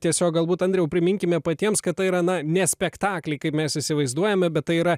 tiesiog galbūt andriau priminkime patiems kad tai yra na ne spektakliai kaip mes įsivaizduojame bet tai yra